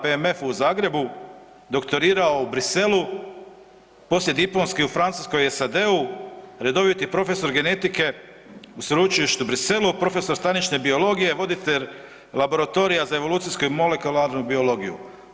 PMF-u u Zagrebu, doktorirao u Bruxellesu, poslijediplomski u Francuskoj i SAD-u, redoviti profesor genetike u Sveučilištu u Bruxellesu, profesor stanične biologije, voditelj Laboratorija za evolucijsku i molekularnu biologiju.